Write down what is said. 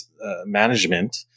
management